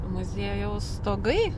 muziejaus stogai